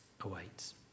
awaits